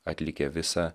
atlikę visa